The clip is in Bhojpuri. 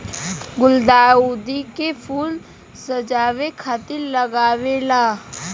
गुलदाउदी के फूल सजावे खातिर लागेला